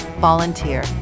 volunteer